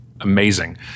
amazing